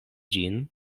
ĝin